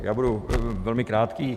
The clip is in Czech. Já budu velmi krátký.